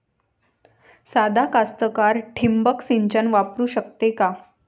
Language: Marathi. सादा कास्तकार ठिंबक सिंचन वापरू शकते का?